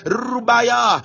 rubaya